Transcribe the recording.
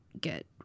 get